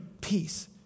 peace